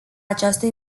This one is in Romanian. această